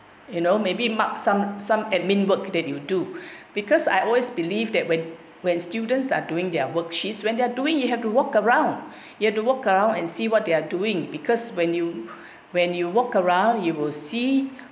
you know maybe mark some some admin work that you do because I always believe that when when students are doing their worksheets when they're doing you have to walk around you have to walk around and see what they are doing because when you when you walk around you will see